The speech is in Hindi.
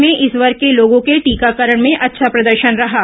प्रदेश में इस वर्ग के लोगों के टीकाकरण में अच्छा प्रदर्शन रहा है